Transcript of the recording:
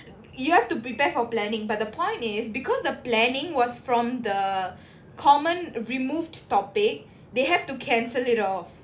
you have to prepare for planning but the point is because the planning was from the common removed topic they have to cancel it off